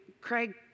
Craig